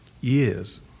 years